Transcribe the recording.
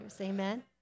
Amen